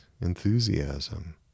enthusiasm